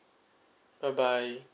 bye bye